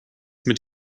mit